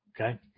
Okay